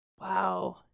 Wow